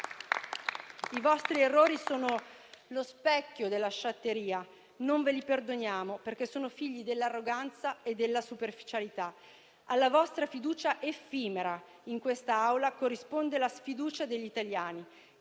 I vostri errori sono lo specchio della sciatteria: non ve li perdoniamo, perché sono figli dell'arroganza e della superficialità. Alla vostra fiducia effimera in quest'Aula corrisponde la sfiducia degli italiani